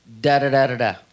da-da-da-da-da